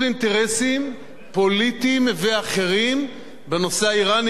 אינטרסים פוליטיים ואחרים בנושא האירני,